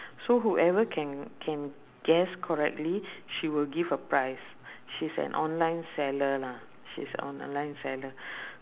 so whoever can can guess correctly she will give a prize she's an online seller lah she's online seller